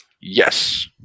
yes